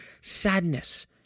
sadness